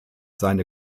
seine